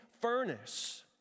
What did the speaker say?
furnace